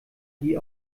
die